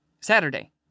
Saturday